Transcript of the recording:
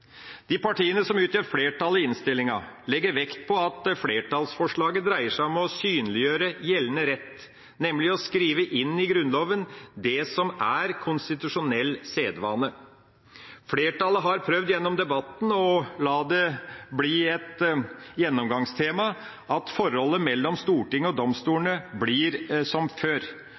De partiene som utgjør flertallet i innstillinga, legger vekt på at flertallsforslaget dreier seg om å synliggjøre gjeldende rett, nemlig å skrive inn i Grunnloven det som er konstitusjonell sedvane. Flertallet har gjennom debatten prøvd å la det bli et gjennomgangstema at forholdet mellom Stortinget og